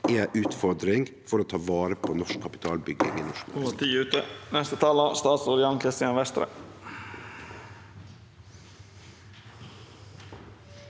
ei utfordring for å ta vare på norsk kapitalbygging i norsk